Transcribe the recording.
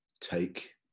take